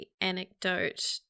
anecdote